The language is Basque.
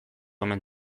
omen